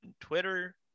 Twitter